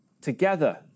Together